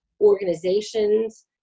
organizations